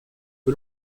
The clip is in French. que